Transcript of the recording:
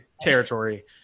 territory